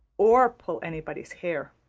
or pull anybody's hair.